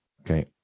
Okay